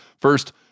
First